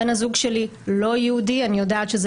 בן הזוג שלי לא יהודי ואני יודעת שזה